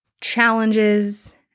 challenges